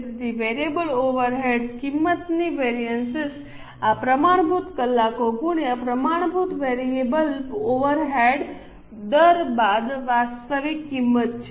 તેથી variable overhead કિંમતની variance આ પ્રમાણભૂત કલાકો ગુણ્યા પ્રમાણભૂત વેરિયેબલ ઓવરહેડ દર બાદ વાસ્તવિક કિંમત છે